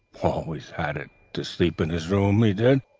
always had it to sleep in his room, he did,